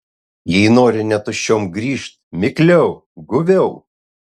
jei nori ne tuščiom grįžt mikliau guviau